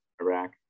Iraq